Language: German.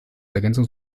ergänzung